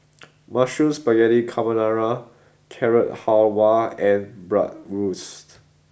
Mushroom Spaghetti Carbonara Carrot Halwa and Bratwurst